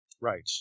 Right